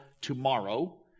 tomorrow